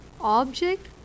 object